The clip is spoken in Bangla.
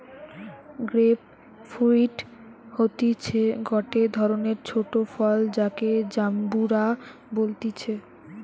গ্রেপ ফ্রুইট হতিছে গটে ধরণের ছোট ফল যাকে জাম্বুরা বলতিছে